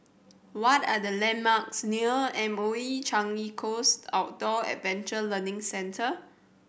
what are the landmarks near M O E Changi Coast Outdoor Adventure Learning Centre